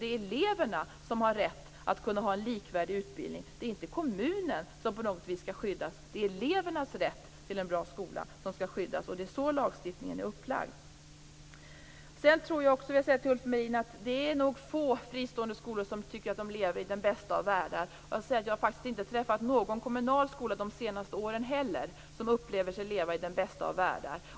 Det är eleverna som har rätt till en likvärdig utbildning. Det är inte på något sätt kommunen som skall skyddas. Det är elevernas rätt till en bra skola som skall skyddas. Det är så lagstiftningen är upplagd. Jag vill säga till Ulf Melin att det nog är få fristående skolor som tycker att de lever i den bästa av världar. Jag har faktiskt heller inte träffat på någon kommunal skola de senaste åren som upplever sig leva i den bästa av världar.